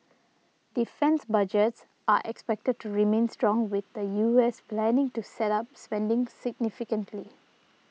defence budgets are expected to remain strong with the U S planning to step up spending significantly